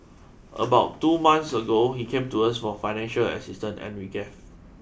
about two months ago he came to us for financial assistance and we gave